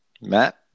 Matt